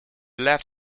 left